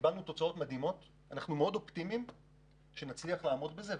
קיבלנו תוצאות מדהימות ואנחנו מאוד אופטימיים שנצליח לעמוד בזה,